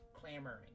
Clamoring